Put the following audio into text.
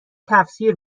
تفسیر